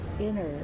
inner